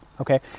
okay